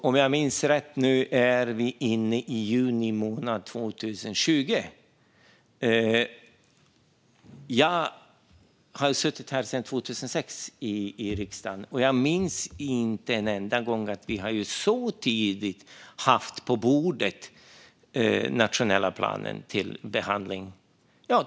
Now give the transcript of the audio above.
Om jag minns rätt nu är vi inne i juni månad 2020. Jag har suttit här i riksdagen sedan 2006, och jag minns inte en enda gång att vi så tidigt har haft den nationella planen på bordet till behandling.